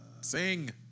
Sing